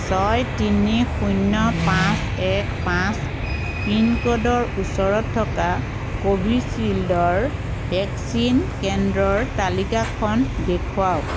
ছয় তিনি শূন্য পাঁচ এক পাঁচ পিন ক'ডৰ ওচৰত থকা কোভিচিল্ডৰ ভেক্চিন কেন্দ্ৰৰ তালিকাখন দেখুৱাওক